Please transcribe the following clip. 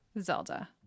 Zelda